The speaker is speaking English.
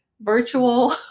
virtual